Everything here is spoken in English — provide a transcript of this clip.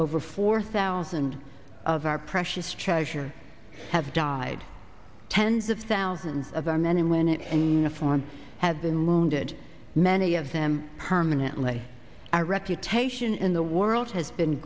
over four thousand of our precious treasure have died tens of thousands of our men and women and if one has been wounded many of them permanently our reputation in the world has been